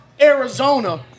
Arizona